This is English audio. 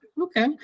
Okay